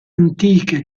antiche